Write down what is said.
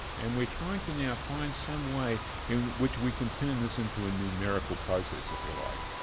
and we're trying to now find some way in which we can turn this into a numerical process, if you like.